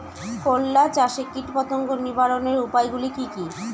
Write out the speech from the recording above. করলা চাষে কীটপতঙ্গ নিবারণের উপায়গুলি কি কী?